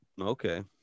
Okay